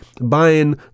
buying